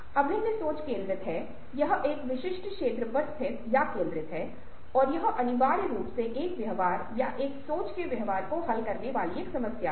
अभिन्न सोच केंद्रित है यह एक विशिष्ट क्षेत्र पर स्थित या केंद्रित है और यह अनिवार्य रूप से एक व्यवहार या एक सोच के व्यवहार को हल करने वाली एक समस्या है